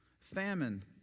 Famine